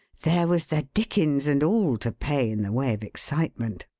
there was the dickens and all to pay in the way of excitement.